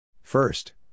First